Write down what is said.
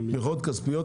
תמיכות כספיות,